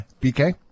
BK